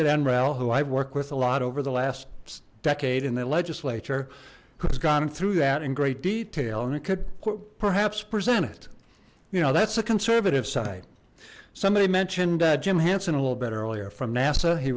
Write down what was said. nrel who i've worked with a lot over the last decade in the legislature who has gone through that in great detail and it could perhaps present it you know that's the conservative side somebody mentioned jim hansen a little bit earlier from nasa he